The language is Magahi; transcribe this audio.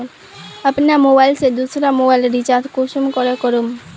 अपना मोबाईल से दुसरा मोबाईल रिचार्ज कुंसम करे करूम?